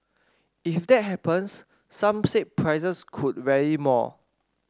if that happens some said prices could rally more